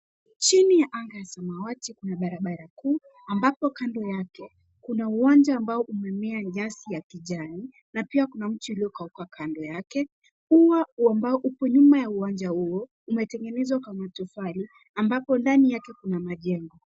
Chini ya anga ya samawati kuna barabara kuu ambapo kando yake kuna uwanja ambao umemea nyasi ya kijani na pia kuna mti uliokauka kando yake. Ua wa mbao uko nyuma ya uwanja huo. Umetengenezwa kwa matofali ambapo ndani yake kuna majengo.